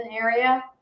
area